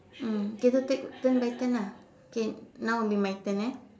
mm kita take turn by turn ah okay now it will be my turn eh